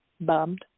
bummed